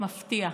מפתיע.